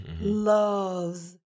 loves